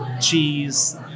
cheese